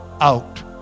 out